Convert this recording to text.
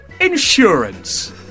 insurance